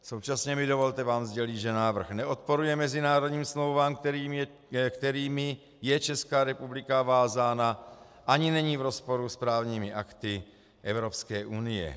Současně mi dovolte vám sdělit, že návrh neodporuje mezinárodním smlouvám, kterými je Česká republika vázána, ani není v rozporu s právními akty Evropské unie.